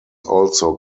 also